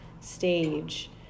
stage